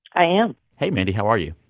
i am hey, mandy. how are you?